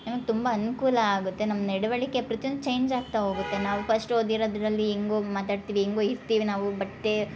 ನಮಗೆ ತುಂಬ ಅನುಕೂಲ ಆಗತ್ತೆ ನಮ್ಮ ನಡವಳಿಕೆ ಪ್ರತಿಯೊಂದು ಚೇಂಜ್ ಆಗ್ತಾ ಹೋಗುತ್ತೆ ನಾವು ಫಸ್ಟ್ ಓದಿರದರಲ್ಲಿ ಹೆಂಗೋ ಮಾತಾಡ್ತೀವಿ ಹೆಂಗೋ ಇರ್ತಿವಿ ನಾವು ಬಟ್ಟೆ